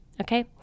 Okay